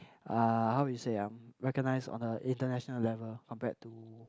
uh how we say ah recognised on a international level compared to